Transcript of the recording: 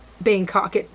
Bangkok